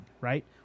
right